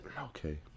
okay